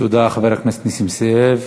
תודה, חבר הכנסת נסים זאב.